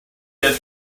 get